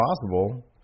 possible